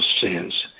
sins